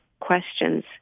questions